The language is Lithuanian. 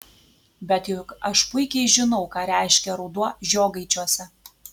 bet juk aš puikiai žinau ką reiškia ruduo žiogaičiuose